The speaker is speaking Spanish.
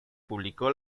publicó